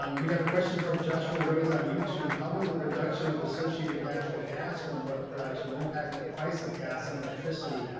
um we have a question from joshua rhodes on youtube hubble the reduction of associated natural gas from oil production impact the price of gas and like tricity